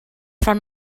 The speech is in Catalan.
fan